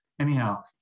Anyhow